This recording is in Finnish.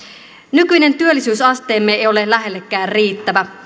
nykyinen työllisyysasteemme ei ole lähellekään riittävä yksi